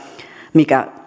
mikä